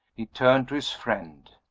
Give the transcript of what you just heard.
he turned to his friend.